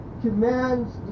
commands